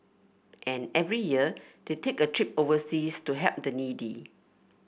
and every year they take a trip overseas to help the needy